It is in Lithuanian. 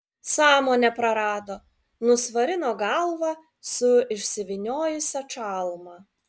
sąmonę prarado nusvarino galvą su išsivyniojusia čalma